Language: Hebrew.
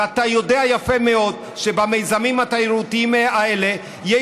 ואתה יודע יפה מאוד שבמיזמים התיירותיים האלה יהיה